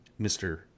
mr